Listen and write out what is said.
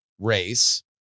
race